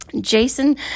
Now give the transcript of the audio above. Jason